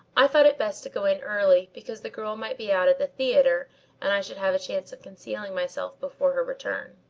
i thought it best to go in early because the girl might be out at the theatre and i should have a chance of concealing myself before her return.